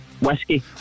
whiskey